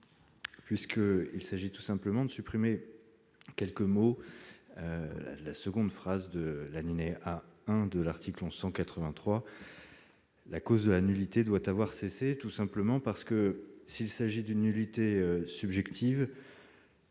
puisque il s'agit tout simplement de supprimer quelques mots la seconde phrase de l'année est à un an de l'article 1183 la cause de la nullité doit avoir cessé tout simplement parce que s'il s'agit d'une nullité subjective,